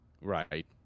Right